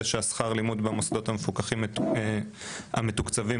שיש שכר לימוד מפוקח במוסדות המתוקצבים,